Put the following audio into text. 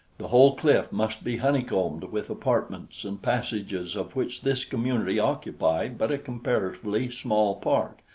the whole cliff must be honeycombed with apartments and passages of which this community occupied but a comparatively small part,